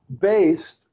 based